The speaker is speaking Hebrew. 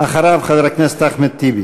אחריו, חבר הכנסת אחמד טיבי.